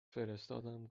فرستادم